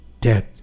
Death